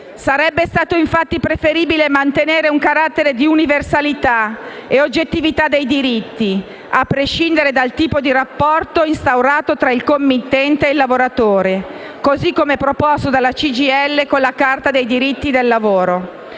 Sarebbe stato infatti preferibile mantenere un carattere di universalità e oggettività dei diritti, a prescindere dal tipo di rapporto instaurato tra il committente e il lavoratore, così come proposto dalla CGIL con la Carta dei diritti del lavoro.